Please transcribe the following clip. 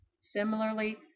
Similarly